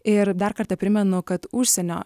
ir dar kartą primenu kad užsienio